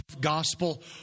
gospel